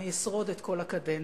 אני אשרוד את כל הקדנציה.